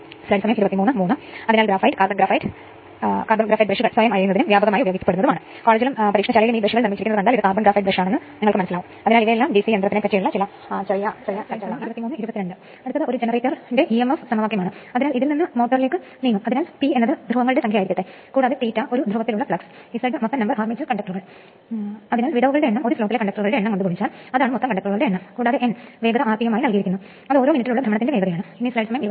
open circuit test short circuit test തുടർന്ന് auto transformer 2 winding transformer autotransformer എന്നിവയുടെ മൂല്യത്തിന്റെ ഘടന തുല്യമായ സർക്യൂട്ടും പരിവർത്തനവും കാര്യക്ഷമതയും അതുപോലെ തന്നെ ഐക്യ power factor lagging power factor leading power factor എന്നിവയുടെ ദിവസം മുഴുവൻ കാര്യക്ഷമതയും വോൾട്ടേജ് നിയന്ത്രണവും ശ്രദ്ധ കേന്ദ്രീകരിക്കേണ്ടതുണ്ട്